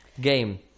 game